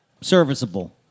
Serviceable